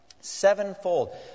Sevenfold